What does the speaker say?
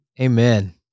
Amen